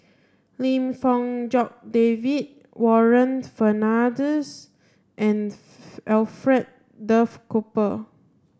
Lim Fong Jock David Warren Fernandez and Alfred Duff Cooper